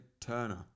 Turner